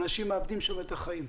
אנשים מאבדים שם את החיים.